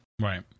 Right